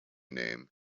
name